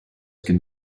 can